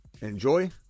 enjoy